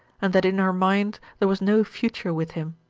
and that in her mind there was no future with him.